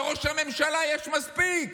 לראש הממשלה יש מספיק.